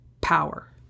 power